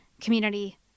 community